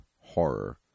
horror